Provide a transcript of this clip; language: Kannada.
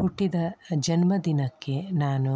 ಹುಟ್ಟಿದ ಜನ್ಮದಿನಕ್ಕೆ ನಾನು